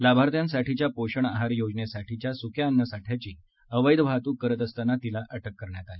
लाभार्थ्यांसाठीच्या पोषण आहार योजनेसाठीच्या सुक्या अन्नसाठ्याची अवध्ववाहतूक करत असताना तिला अटक करण्यात आली